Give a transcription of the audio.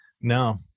No